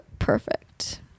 perfect